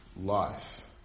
life